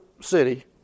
city